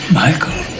michael